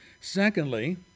Secondly